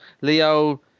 Leo